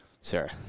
Sarah